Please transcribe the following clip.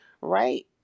right